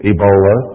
Ebola